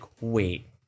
wait